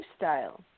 lifestyle